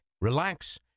relax